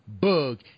Bug